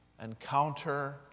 encounter